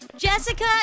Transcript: Jessica